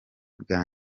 bwa